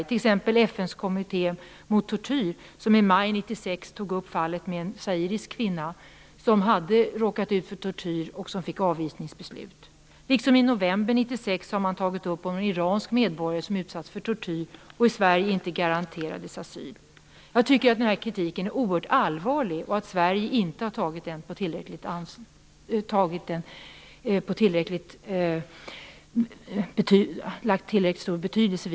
Så t.ex. har FN:s kommitté mot tortyr i maj 1996 tagit upp fallet med en zairisk kvinna som hade råkat ut för tortyr och som fick ett avvisningsbeslut. Likaså tog man i november 1996 upp hur en iransk medborgare som utsatts för tortyr inte garanterades asyl i Sverige. Jag tycker att den här kritiken är oerhört allvarlig och att Sverige inte har tagit den på tillräckligt stort allvar. Herr talman!